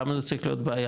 למה זה צריך להיות בעיה,